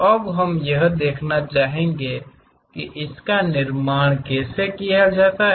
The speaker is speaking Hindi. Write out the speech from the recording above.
अब हम यह देखना चाहेंगे कि इसका निर्माण कैसे किया जाए